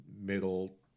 middle